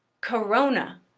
corona